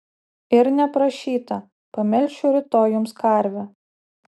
ir neprašyta pamelšiu rytoj jums karvę